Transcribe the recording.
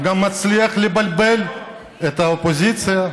הוא גם מצליח לבלבל את האופוזיציה.